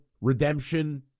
redemption